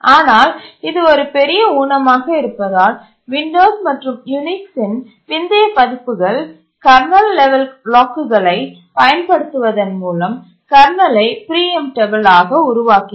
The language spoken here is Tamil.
ஆனால் இது ஒரு பெரிய ஊனமாக இருப்பதால் விண்டோஸ் மற்றும் யூனிக்ஸ் இன் பிந்தைய பதிப்புகள் கர்னல் லெவல் லாக்குகளை பயன்படுத்துவதன் மூலம் கர்னலைத் பிரீஎம்டபல் ஆக உருவாக்கின